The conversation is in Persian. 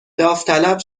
داوطلب